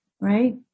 right